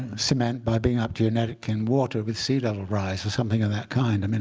cement by being up to your neck in water with sea level rise or something of that kind. i mean